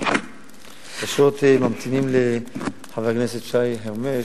פשוט ממתינים פה לחבר הכנסת שי חרמש.